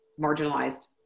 marginalized